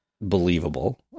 believable